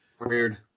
Weird